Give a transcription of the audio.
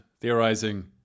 theorizing